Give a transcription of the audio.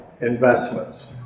investments